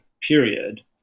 period